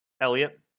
Elliot